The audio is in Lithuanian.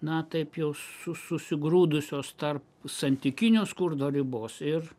na taip jau su su susigrūdusios tarp santykinio skurdo ribos ir